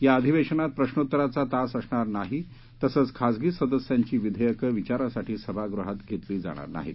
या अधिवेशनात प्रश्नोत्तरांचा तास असणार नाही तसंच खासगी सदस्यांची विधेयकं विचारासाठी सभागृहात घेतली जाणार नाहीत